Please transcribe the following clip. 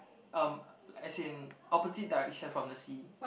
um as in opposite direction from the sea